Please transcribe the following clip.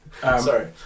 Sorry